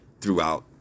throughout